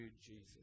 Jesus